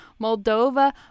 Moldova